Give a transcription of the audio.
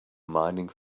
mining